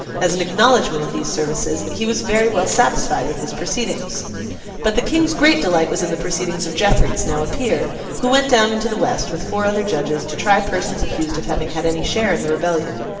as an acknowledgment of these services, that he was very well satisfied with his proceedings but the king's great delight was in the proceedings of jeffreys, now a peer, who went down into the west, with four other judges, to try persons accused of having had any share in the rebellion.